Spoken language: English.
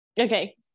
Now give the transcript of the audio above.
okay